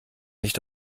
nicht